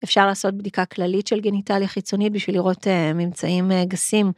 אפשר לעשות בדיקה כללית של גניטליה חיצוני בשביל לראות ממצאים גסים.